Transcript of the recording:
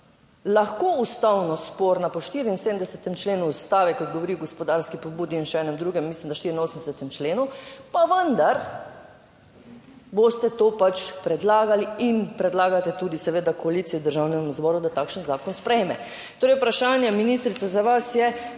lahko ustavno sporna po 74. členu Ustave, ki govori o gospodarski pobudi, in še enem drugem, mislim, da 84. členu, pa vendar boste to pač predlagali in predlagate tudi seveda koaliciji, Državnemu zboru, da takšen zakon sprejme. Torej vprašanje, ministrica, za vas je: